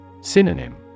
Synonym